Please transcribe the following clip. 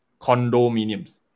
condominiums